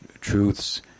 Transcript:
truths